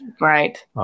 Right